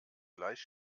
gleich